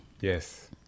Yes